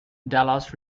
dallas